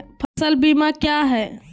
फ़सल बीमा क्या है?